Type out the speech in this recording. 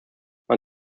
man